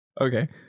Okay